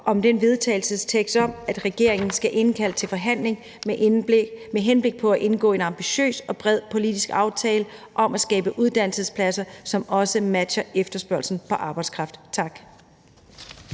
om den vedtagelsestekst, at regeringen skal indkalde til forhandling med henblik på at indgå en ambitiøs og bred politisk aftale om at skabe uddannelsespladser, som også matcher efterspørgslen på arbejdskraft. Tak.